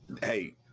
hey